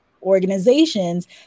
organizations